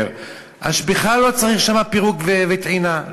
בכלל לא צריך שם פריקה וטעינה,